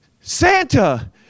Santa